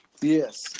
yes